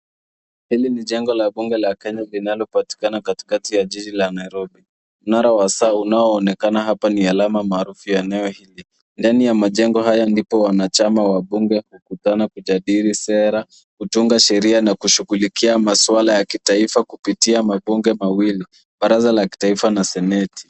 Hili ni jengo la bunge la Kenya linalopatikana katikati ya jiji la Nairobi. Mnara wa saa unaoonekana hapa ni alama maarufu ya eneo hili. Ndani ya majengo haya ndipo wanachama wa bunge hukutana kujadili sera, kutunga sheria na kushughulikia masuala ya kitaifa kupitia mabunge mawili, baraza la kitaifa na seneti.